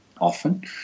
often